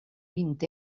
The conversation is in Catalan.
vint